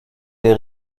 der